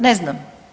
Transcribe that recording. Ne znam.